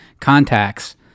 contacts